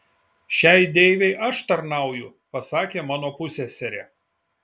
šiai deivei aš tarnauju pasakė mano pusseserė